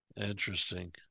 Interesting